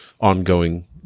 ongoing